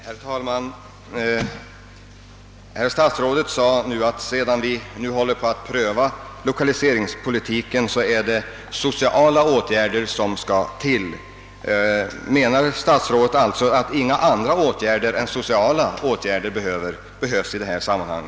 Herr talman! Herr statsrådet sade, att sedan vi nu prövat lokaliseringspolitiken är det sociala åtgärder som skall till. Menar alltså statsrådet att inga andra åtgärder än sociala behövs i detta sammanhang?